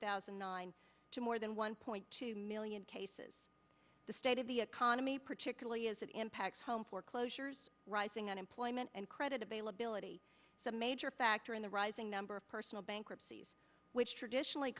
thousand and nine to more than one point two million cases the state of the economy particularly as it impacts home foreclosures rising unemployment and credit availability a major factor in the rising number of personal bankruptcies which traditionally